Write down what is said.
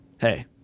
hey